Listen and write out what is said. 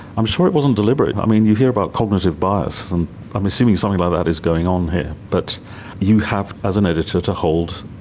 i'm sure it wasn't deliberate. i mean, you hear about cognitive bias and i'm assuming something like that is going on here, but you have as an editor to hold,